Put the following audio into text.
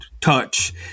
touch